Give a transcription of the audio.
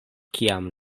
kiam